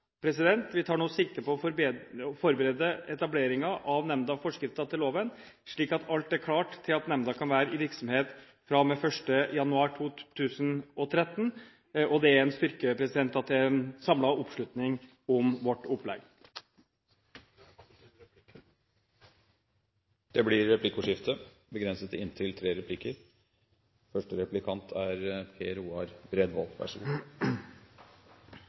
Vi tar nå sikte på å forberede etableringen av nemnda og forskrifter til loven, slik at alt er klart til at nemnda kan være i virksomhet fra og med 1. januar 2013 – og det er en styrke at det er en samlet oppslutning om vårt opplegg. Det blir replikkordskifte.